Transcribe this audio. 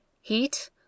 Heat